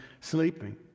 sleeping